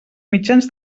mitjans